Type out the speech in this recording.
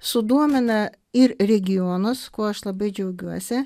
sudomina ir regionus kuo aš labai džiaugiuosi